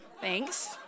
Thanks